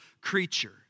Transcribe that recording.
creature